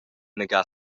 inaga